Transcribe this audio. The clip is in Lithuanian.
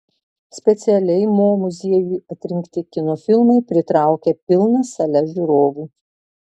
specialiai mo muziejui atrinkti kino filmai pritraukia pilnas sales žiūrovų